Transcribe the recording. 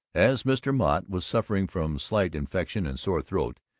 as mr. mott was suffering from slight infection and sore throat,